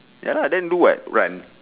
ya lah do what run